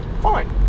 fine